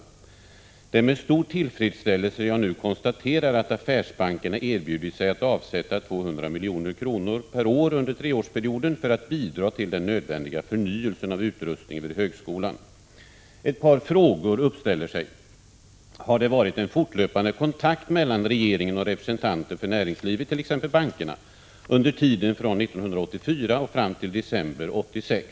Det är med stor tillfredsställelse jag nu konstaterar att affärsbankerna erbjudit sig att avsätta 200 milj./år under treårsperioden för att bidra till den nödvändiga förnyelsen av utrustningen vid högskolan.” Ett par frågor inställer sig. Har det varit en fortlöpande kontakt mellan regeringen och representanter för näringslivet, t.ex. bankerna, under tiden från 1984 och fram till december 1986?